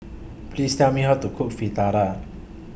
Please Tell Me How to Cook Fritada